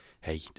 hey